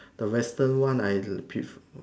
the Western one I pre